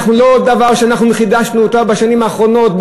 זה לא דבר שאנחנו חידשנו בשנים האחרונות,